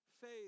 Faith